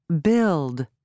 Build